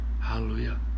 Hallelujah